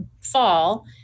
fall